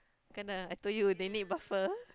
can ah I told you they need buffer